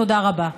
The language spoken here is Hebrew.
תודה רבה.